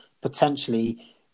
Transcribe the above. potentially